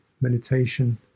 meditation